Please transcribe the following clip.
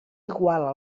iguala